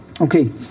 Okay